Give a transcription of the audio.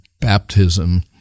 baptism